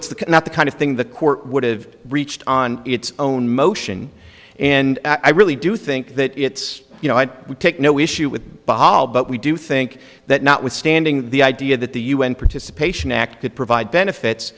the not the kind of thing the court would have reached on its own motion and i really do think that it's you know i would take no issue with bol but we do think that notwithstanding the idea that the un participation act could provide benefits